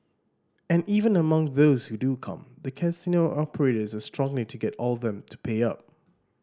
and even among those who do come the casino operators are struggling to get all of them to pay up